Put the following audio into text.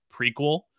prequel